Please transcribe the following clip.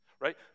Right